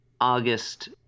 August